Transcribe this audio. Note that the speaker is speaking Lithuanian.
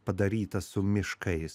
padaryta su miškais